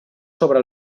sobre